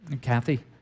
Kathy